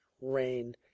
rain